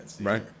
Right